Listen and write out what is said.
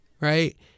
right